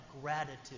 gratitude